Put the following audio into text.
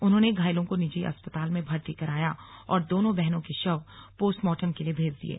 उन्होंने घायलों को निजी अस्पताल में भर्ती कराया और दोनों बहनों के शव पोस्टमार्टम के लिए भेज दिये